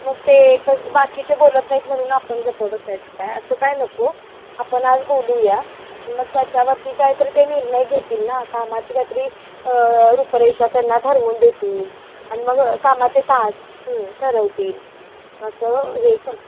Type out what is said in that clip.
मग ते क बाकीचे बोलत नाहीत म्हणून आपण गप्प बसायचं काय असं काय नको आपण आज बोलूया मग त्याच्यावरती काहीतरी ते निर्णय घेतील ना कामाची काहीतरी रुपरेषा त्यांना ठरवून देतील आणि मग कामाचे तास ठरवतील असं हे